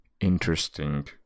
interesting